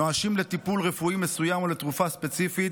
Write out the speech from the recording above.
נואשים לטיפול רפואי מסוים או לתרופה ספציפית,